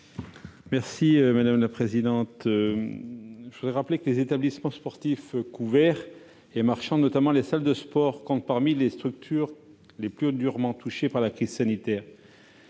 : La parole est à M. Michel Savin. Les établissements sportifs couverts et marchands, notamment les salles de sport, comptent parmi les structures les plus durement touchées par la crise sanitaire.